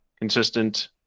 consistent